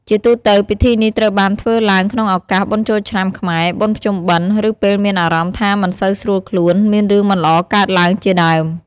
ជាទូទៅ ពិធីនេះត្រូវបានធ្វើឡើងក្នុងឱកាសបុណ្យចូលឆ្នាំខ្មែរ បុណ្យភ្ជុំបិណ្ឌ ឬពេលមានអារម្មណ៍ថាមិនសូវស្រួលខ្លួន មានរឿងមិនល្អកើតឡើងជាដើម។